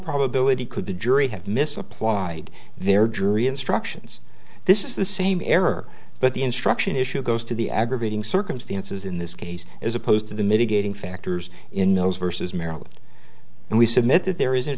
probability could the jury have misapplied their jury instructions this is the same error but the instruction issue goes to the aggravating circumstances in this case as opposed to the mitigating factors in those verses maryland and we submit that there is in